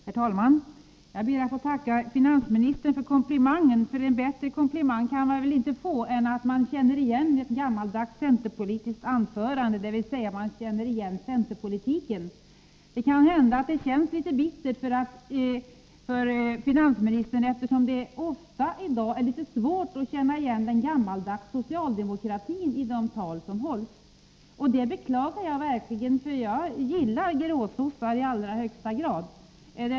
Herr talman! Jag ber att få tacka finansministern för komplimangen — en bättre komplimang kan jag inte få än att man känner igen mitt anförande som ett gammaldags centerpartistiskt anförande — dvs. man känner igen centerpolitiken. Det känns kanske litet bittert för finansministern, eftersom det nu för tiden ofta är svårt att känna igen den gammaldags socialdemokratin i de tal som hålls. Det beklagar jag verkligen. Jag gillar gråsossar i allra högsta grad.